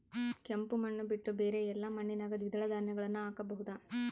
ಕೆಂಪು ಮಣ್ಣು ಬಿಟ್ಟು ಬೇರೆ ಎಲ್ಲಾ ಮಣ್ಣಿನಾಗ ದ್ವಿದಳ ಧಾನ್ಯಗಳನ್ನ ಹಾಕಬಹುದಾ?